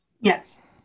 Yes